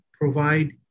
provide